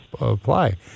apply